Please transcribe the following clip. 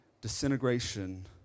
disintegration